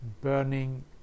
burning